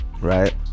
right